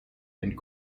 and